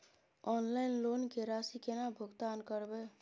Online loan के राशि केना भुगतान करबे?